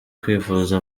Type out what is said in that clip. kwivuza